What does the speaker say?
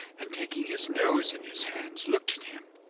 and taking his nose in his hands, looked at him.